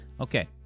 Okay